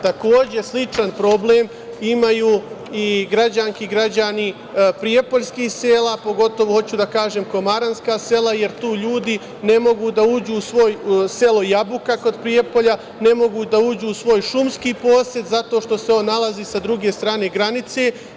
Takođe, sličan problem imaju i građanke i građani prijepoljskih sela, pogotovo hoću da kažem komaranska sela, jer tu ljudi ne mogu da uđu u selo Jabuka kod Prijepolja, ne mogu da uđu u svoj šumski posed zato što se on nalazi sa druge strane granice.